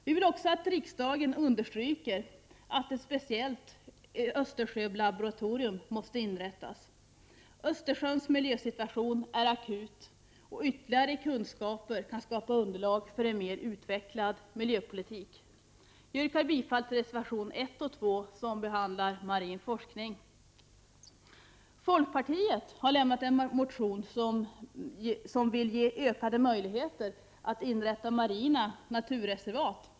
Vi vill också att riksdagen understryker att ett speciellt Östersjölaboratorium måste inrättas. Östersjöns miljösituation är akut, och ytterligare kunskaper kan skapa underlag för en mer utvecklad miljöpolitik. Jag yrkar bifall till reservationerna 1 och 2, som behandlar marin forskning. Folkpartiet har väckt en motion som syftar till ökade möjligheter att inrätta marina naturreservat.